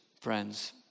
friends